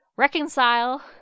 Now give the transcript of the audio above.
reconcile